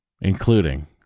including